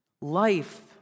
Life